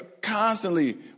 constantly